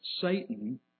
Satan